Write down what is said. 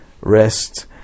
rest